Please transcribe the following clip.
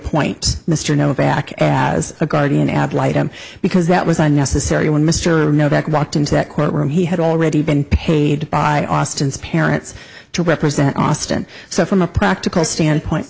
appoint mr novak as a guardian ad litem because that was unnecessary when mr novak walked into that courtroom he had already been paid by austin's parents to represent austin so from a practical standpoint